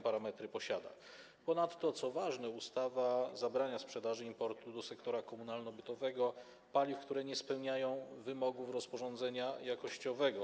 Ponadto, co ważne, ustawa zabrania sprzedaży, importu do sektora komunalno-bytowego paliw, które nie spełniają wymogów rozporządzenia jakościowego.